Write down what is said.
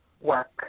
Work